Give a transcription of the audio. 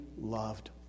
loved